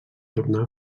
tornar